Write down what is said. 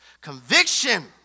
Conviction